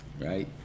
right